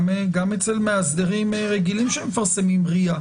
גם אצל מאסדרים רגילים שמפרסמים רי"ע.